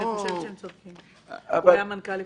אני חושבת שהם צודקים, הוא היה מנכ"ל.